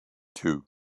two